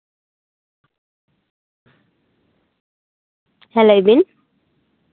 ᱦᱮᱸ ᱞᱟᱹᱭ ᱵᱤᱱ